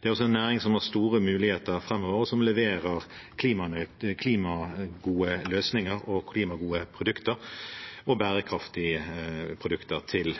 Det er også en næring som har store muligheter framover, og som leverer klimagode løsninger, klimagode produkter og bærekraftige produkter til